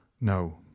No